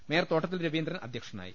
mayor Thottathil Raveendran അധ്യക്ഷനായി